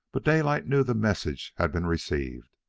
but daylight knew the message had been received.